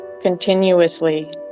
continuously